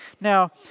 Now